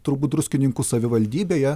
turbūt druskininkų savivaldybėje